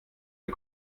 den